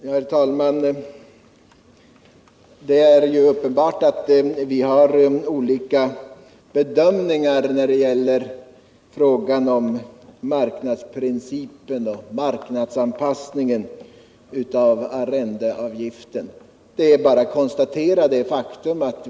Herr talman! Det är uppenbart att vi gör olika bedömningar av frågan om marknadsprincipen och marknadsanpassningen av arrendeavgiften. Det är bara att konstatera detta faktum.